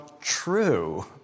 true